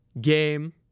game